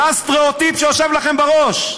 זה הסטריאוטיפ שיושב לכם בראש,